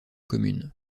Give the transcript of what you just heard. communes